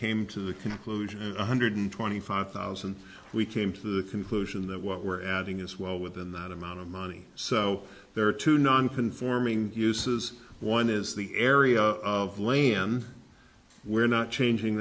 came to the conclusion one hundred twenty five thousand we came to the conclusion that what we're adding is well within that amount of money so there are two non conforming uses one is the area of land we're not changing